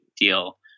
deal